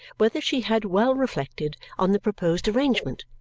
whether she had well reflected on the proposed arrangement,